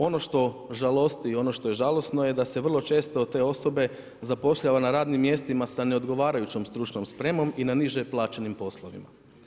Ono što žalosti i ono što je žalosno je da se vrlo često te osobe, zapošljava na radnim mjestima sa neodgovarajuće stručnom spremom i na niže plaćenim poslovima.